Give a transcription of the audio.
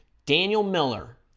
daniel miller